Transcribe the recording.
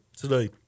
today